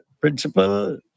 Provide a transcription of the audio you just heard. principle